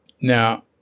now